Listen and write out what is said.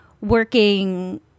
working